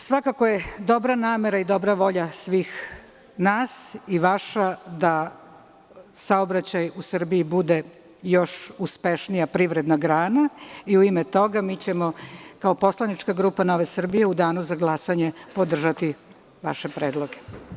Svakako je dobra namera i dobra volja svih nas i vaša da saobraćaj u Srbiji bude još uspešnija privredna grana i u ime toga mi ćemo kao poslanička grupa Nove Srbije u danu za glasanje podržati vaše predloge.